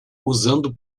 usando